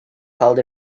held